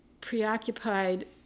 preoccupied